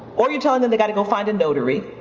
or you're telling them they got to go find a notary.